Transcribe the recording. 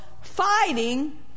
fighting